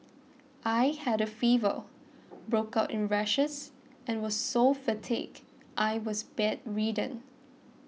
I had a fever broke out in rashes and was so fatigued I was bedridden